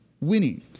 winning